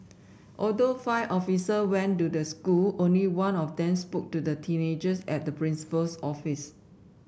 although five officer went to the school only one of them spoke to the teenagers at the principal's office